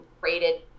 rated